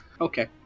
Okay